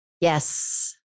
Yes